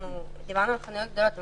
אנחנו דיברנו על חנויות גדולות,